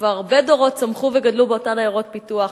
וכבר הרבה דורות צמחו וגדלו באותן עיירות פיתוח.